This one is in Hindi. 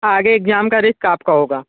आगे एग्जाम का रिस्क आपका होगा